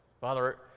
Father